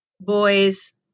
boys